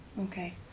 okay